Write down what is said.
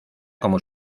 como